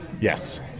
Yes